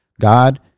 God